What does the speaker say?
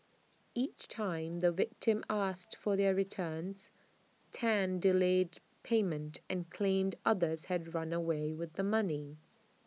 each time the victims asked for their returns Tan delayed payment and claimed others had run away with the money